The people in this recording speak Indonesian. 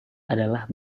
adalah